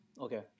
okay